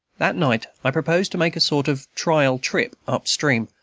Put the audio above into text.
that night i proposed to make a sort of trial-trip up stream,